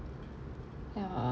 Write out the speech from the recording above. ya uh